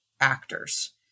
actors